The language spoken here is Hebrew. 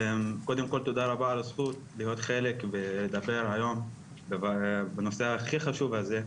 קודם כל תודה רבה על הזכות להיות חלק ולדבר היום בנושא הכי חשוב הזה.